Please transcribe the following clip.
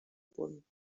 punt